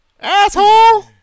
asshole